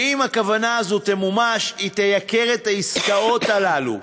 שאם הכוונה הזאת תמומש היא תייקר את העסקאות האלה,